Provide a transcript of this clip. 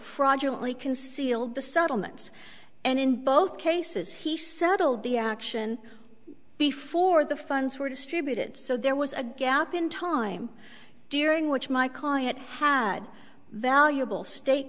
fraudulent we concealed the settlements and in both cases he settled the action before the funds were distributed so there was a gap in time during which my car had had valuable state